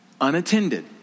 unattended